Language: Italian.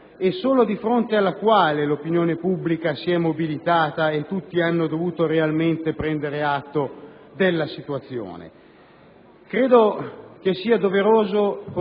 solo di fronte ad essa l'opinione pubblica si è mobilitata e tutti hanno dovuto realmente prendere atto della situazione. Credo sia doveroso portare